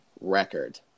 record